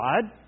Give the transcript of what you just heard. God